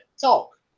talk